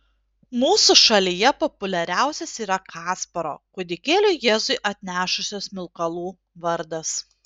mūsų šalyje populiariausias yra kasparo kūdikėliui jėzui atnešusio smilkalų vardas